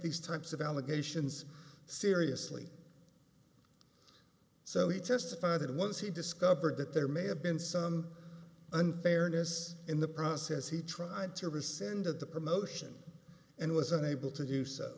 these types of allegations seriously so he testified that once he discovered that there may have been some unfairness in the process he tried to resend of the promotion and was unable to do so